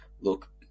look